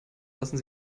lassen